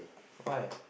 why